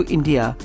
India